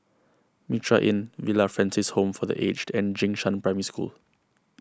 Mitraa Inn Villa Francis Home for the Aged and Jing Shan Primary School